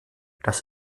das